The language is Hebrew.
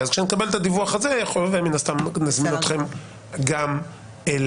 אז כשנקבל את הדיווח הזה מן הסתם נזמין אתכם גם אליו.